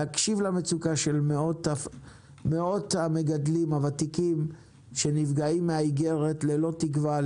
להקשיב למצוקה של מאות המגדלים הוותיקים שנפגעים מהאיגרת ללא תקווה,